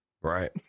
right